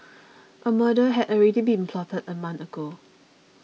a murder had already been plotted a month ago